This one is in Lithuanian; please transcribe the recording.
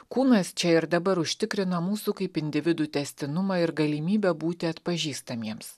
kūnas čia ir dabar užtikrina mūsų kaip individų tęstinumą ir galimybę būti atpažįstamiems